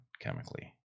chemically